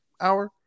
hour